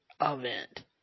Event